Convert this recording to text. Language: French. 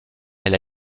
elle